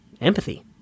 empathy